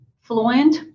fluent